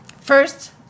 First